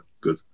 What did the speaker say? good